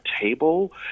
table